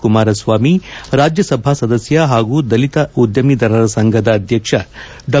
ಕುಮಾರಸ್ವಾಮಿ ರಾಜ್ಯಸಭಾ ಸದಸ್ತ ಪಾಗೂ ದಲಿತ ಉದ್ಯಮಿದಾರರ ಸಂಘದ ಅಧ್ಯಕ್ಷ ಡಾ